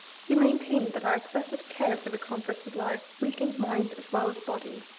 he maintained that our excessive care for the comforts of life weakened mind as well as body.